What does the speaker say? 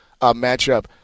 matchup